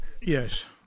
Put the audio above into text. Yes